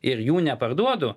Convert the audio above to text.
ir jų neparduodu